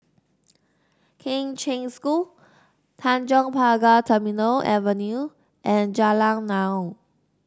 Kheng Cheng School Tanjong Pagar Terminal Avenue and Jalan Naung